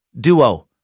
duo